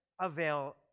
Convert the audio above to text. avail